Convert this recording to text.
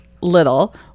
little